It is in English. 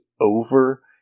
over